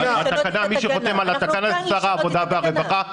מי שחותם על התקנה זה שר העבודה והרווחה.